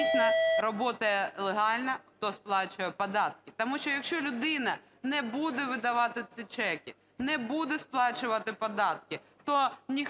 дійсно работает легально, хто сплачує податки. Тому що, якщо людина не буде видавати ці чеки, не буде сплачувати податки, то ніхто